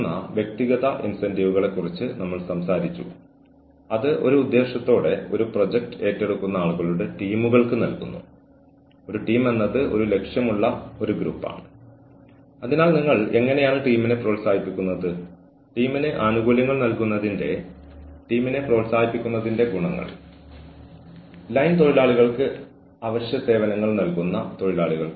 അതിനാൽ വ്യക്തിയുടെ ഭാഗം കേൾക്കുന്നതിൽ നിങ്ങൾക്ക് ആത്മാർത്ഥമായി വേവലാതിയുണ്ടെങ്കിൽ നിങ്ങൾക്ക് ആത്മാർത്ഥമായി താൽപ്പര്യമുണ്ടെങ്കിൽ വ്യക്തിയെ സഹായിക്കാൻ നിങ്ങൾക്ക് ആത്മാർത്ഥമായി താൽപ്പര്യമുണ്ടെങ്കിൽ ഹ്യൂമൻ റിസോഴ്സ് മാനേജർ എന്ന നിലയിലുള്ള നിങ്ങളുടെ കഴിവിൽ ഇത് നിങ്ങൾ ചെയ്യുന്ന കാര്യങ്ങളുടെ വലിയൊരു ഭാഗമാണ്